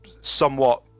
somewhat